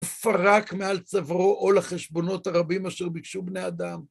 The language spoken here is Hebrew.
פרק מעל צווארו עול החשבונות הרבים אשר ביקשו בני אדם.